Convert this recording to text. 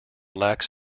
lacks